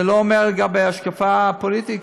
זה לא אומר לגבי ההשקפה הפוליטית,